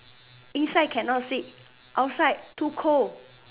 inside cannot sit outside too cold